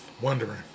wondering